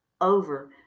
over